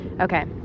okay